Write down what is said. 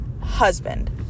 husband